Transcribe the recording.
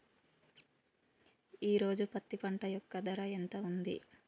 ఈ రోజు పత్తి పంట యొక్క ధర ఎంత ఉంది?